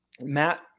Matt